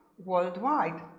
worldwide